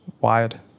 wired